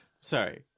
Sorry